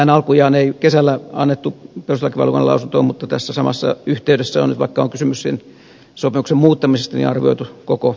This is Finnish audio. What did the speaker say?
tästähän alkujaan ei kesällä annettu perustuslakivaliokunnan lausuntoa mutta tässä samassa yhteydessä on nyt vaikka on kysymys sen sopimuksen muuttamisesta arvioitu koko järjestelyäkin